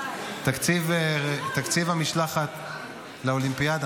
תקציב המשלחת לאולימפיאדה,